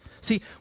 See